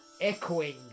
echoing